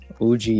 OG